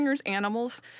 animals